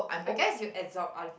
I guess you absorb other people's energy